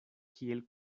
kiel